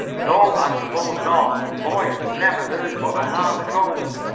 no, i suppose not. boys never do, but the harm comes.